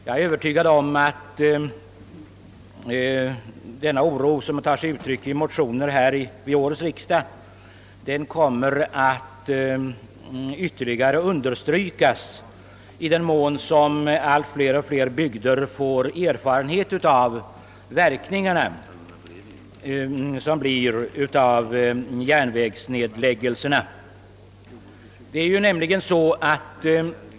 Jag är övertygad om att denna oro kommer att öka i den mån allt flera bygder får erfarenhet av järnvägsnedläggningarnas verkningar.